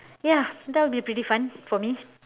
ya that will be pretty fun for me